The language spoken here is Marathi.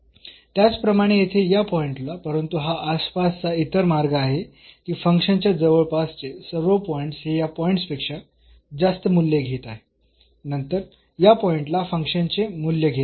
त्याचप्रमाणे येथे या पॉईंटला परंतु हा आसपासचा इतर मार्ग आहे की फंक्शनच्या जवळपासचे सर्व पॉईंट्स हे या पॉईंट पेक्षा जास्त मूल्ये घेत आहे नंतर या पॉईंटला फंक्शनचे मूल्य घेत आहे